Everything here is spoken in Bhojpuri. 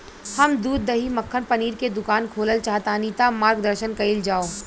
हम दूध दही मक्खन पनीर के दुकान खोलल चाहतानी ता मार्गदर्शन कइल जाव?